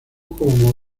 como